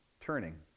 Turning